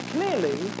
Clearly